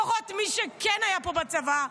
לפחות מי שכן היה פה בצבא,